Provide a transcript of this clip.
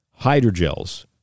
Hydrogels